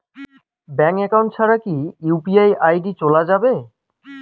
Bank account ছাড়া কি UPI ID চোলা যাবে?